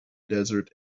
desert